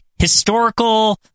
historical